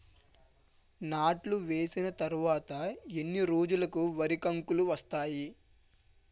నాట్లు వేసిన తర్వాత ఎన్ని రోజులకు వరి కంకులు వస్తాయి?